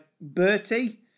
Bertie